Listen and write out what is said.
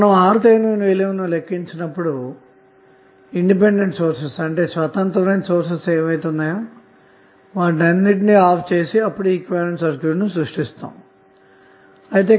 మనం RTh విలువను లెక్కించినప్పుడు స్వతంత్రమైన సోర్స్ లు ఆఫ్ చేయుట ద్వారా ఈక్వివలెంట్ సర్క్యూట్ను సృష్టించవచ్చు